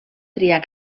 triar